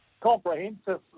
comprehensive